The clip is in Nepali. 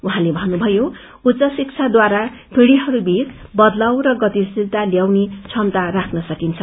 उहाँले भन्नुभयो उच्च शिक्षाद्वारा पीढ़ीहरूबीच बदलाउ र गतिशीलता ल्याउने क्षमता ल्याउन सकिन्छ